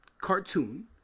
cartoon